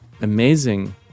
amazing